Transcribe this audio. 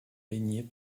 baignée